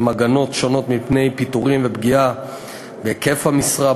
הגנות שונות מפני פיטורים ופגיעה בהיקף המשרה,